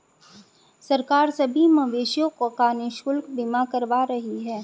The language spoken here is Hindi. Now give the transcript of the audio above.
सरकार सभी मवेशियों का निशुल्क बीमा करवा रही है